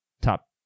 top